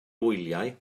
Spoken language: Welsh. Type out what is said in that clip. wyliau